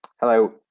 Hello